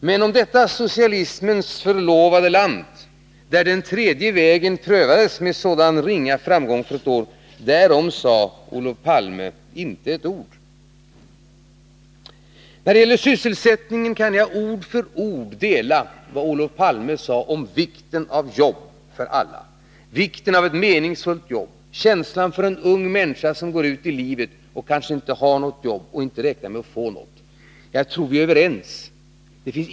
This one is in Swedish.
Men om detta socialismens förlovade land, där den tredje vägen prövades med sådan ringa framgång under ett år, sade Olof Palme inte ett ord. När det gäller sysselsättningen kan jag ord för ord instämma i vad Olof Palme sade om vikten av jobb för alla, vikten av ett meningsfullt jobb, känslan för en ung människa som går ut i livet och kanske inte har något jobb och inte räknar med att få något. Jag tror att vi är överens.